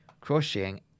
crocheting